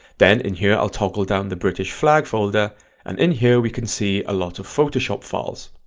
then in here i'll toggle down the british flag folder and in here we can see a lot of photoshop files.